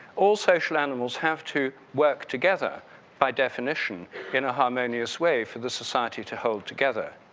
all social animals have to work together by definition in a harmonious way for the society to hold together.